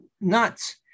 nuts